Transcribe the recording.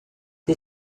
des